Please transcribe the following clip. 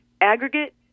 Aggregate